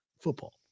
football